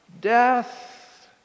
death